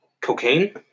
cocaine